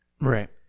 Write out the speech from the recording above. Right